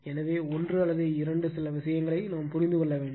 எனவே ஒன்று அல்லது இரண்டு சில விஷயங்களை புரிந்து கொள்ள வேண்டும்